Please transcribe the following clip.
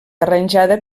arranjada